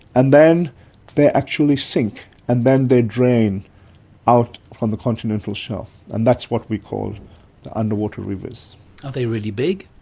and then they actually sink and then they drain out from the continental shelf, and that's what we call the underwater rivers. are they really big?